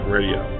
Radio